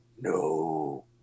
No